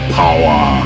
power